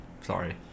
Sorry